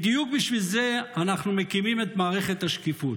בדיוק בשביל זה אנחנו מקימים את מערכת השקיפות.